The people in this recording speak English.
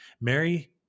Mary